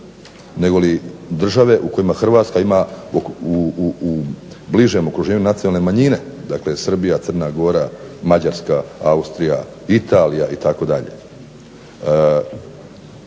nego li države u kojima Hrvatska ima u bližem okruženju nacionalne manjine, dakle Srbija, Crna Gora, Mađarska, Austrija, Italija itd.